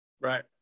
Right